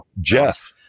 jeff